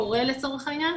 הורה לצורך העניין,